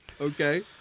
Okay